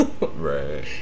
Right